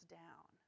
down